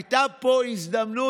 הייתה פה הזדמנות.